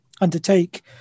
undertake